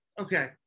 okay